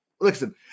listen